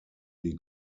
die